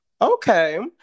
Okay